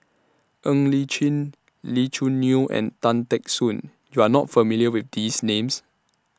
Ng Li Chin Lee Choo Neo and Tan Teck Soon YOU Are not familiar with These Names